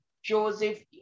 Joseph